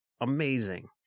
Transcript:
amazing